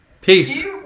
Peace